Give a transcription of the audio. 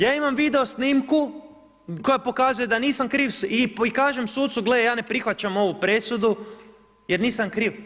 Ja imam video snimku koja pokazuje da nisam kriv i kažem sucu gle, ja ne prihvaćam ovu presudu jer nisam kriv.